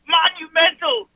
monumental